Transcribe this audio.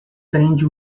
prende